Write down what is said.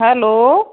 hello